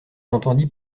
entendit